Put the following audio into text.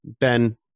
Ben